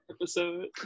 episode